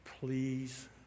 please